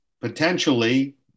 potentially